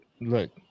Look